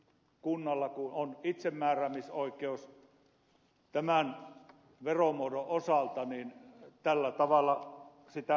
toki kun kunnalla on itsemääräämisoikeus tämän veromuodon osalta niin tällä tavalla sitä vesitetään